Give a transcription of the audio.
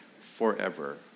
forever